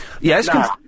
Yes